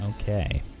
Okay